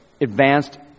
advanced